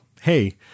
hey